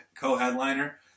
co-headliner